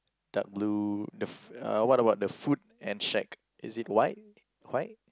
dark blue the f~ uh what about the food and shack is it white white